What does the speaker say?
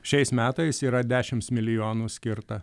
šiais metais yra dešimts milijonų skirta